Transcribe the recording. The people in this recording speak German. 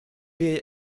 wir